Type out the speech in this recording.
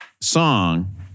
song